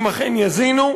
אם אכן יזינו,